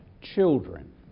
children